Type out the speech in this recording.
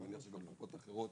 אני מניח שגם בקופות אחרות,